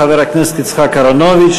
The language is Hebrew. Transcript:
חבר הכנסת יצחק אהרונוביץ,